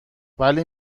ولی